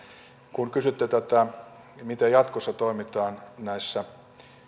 kun kysyitte tätä miten jatkossa toimitaan näissä